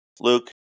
Luke